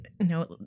No